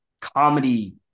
comedy